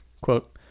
Quote